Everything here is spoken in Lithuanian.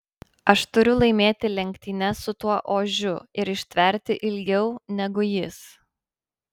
aš turiu laimėti lenktynes su tuo ožiu ir ištverti ilgiau negu jis